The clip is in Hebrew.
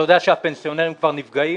אתה יודע שהפנסיונרים כבר נפגעים?